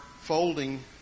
folding